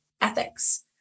ethics